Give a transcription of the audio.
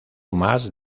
más